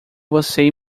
você